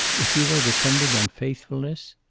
if you are defending unfaithfulness?